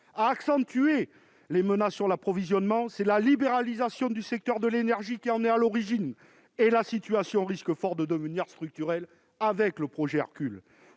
a accentué les menaces sur l'approvisionnement, c'est bien la libéralisation du secteur de l'énergie qui en est à l'origine, et cette situation risque fort de devenir structurelle avec le projet Hercule.